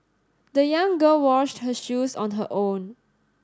the young girl washed her shoes on her own